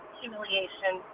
humiliation